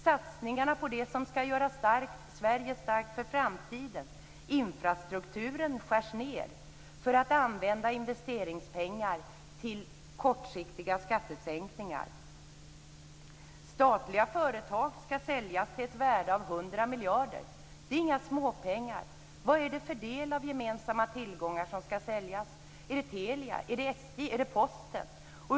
Satsningarna på det som skall göra Sverige starkt för framtiden, t.ex. infrastrukturen, skärs ned. Investeringspengarna skall användas till kortsiktiga skattesänkningar. Statliga företag skall säljas till ett värde av 100 miljarder. Det är inga småpengar. Vad är det av de gemensamma tillgångarna som skall säljas? Är det Telia? Är det SJ? Är det Posten?